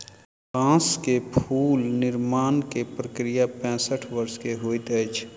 बांस से फूल निर्माण के प्रक्रिया पैसठ वर्ष के होइत अछि